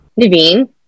Naveen